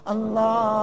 Allah